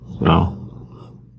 No